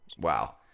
Wow